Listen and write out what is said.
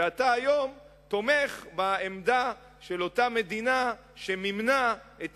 ואתה היום תומך בעמדה של אותה מדינה שמימנה את